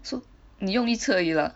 so 你用力一次而已啊